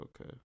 okay